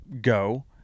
go